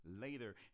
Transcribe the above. later